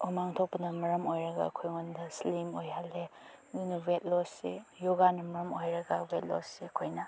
ꯍꯨꯃꯥꯡ ꯊꯣꯛꯄꯅ ꯃꯔꯝ ꯑꯣꯏꯔꯒ ꯑꯩꯈꯣꯏꯉꯣꯟꯗ ꯏꯁꯂꯤꯝ ꯑꯣꯏꯍꯜꯂꯦ ꯑꯗꯨꯅ ꯋꯦꯠ ꯂꯣꯁꯁꯦ ꯌꯣꯒꯥꯅ ꯃꯔꯝ ꯑꯣꯏꯔꯒ ꯋꯦꯠ ꯂꯣꯁꯁꯦ ꯑꯩꯈꯣꯏꯅ